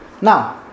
Now